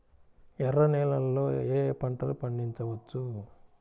ఎర్ర నేలలలో ఏయే పంటలు పండించవచ్చు?